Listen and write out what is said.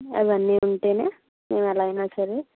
అవన్నీ ఉంటేనే మేము ఎలాగైనా సరే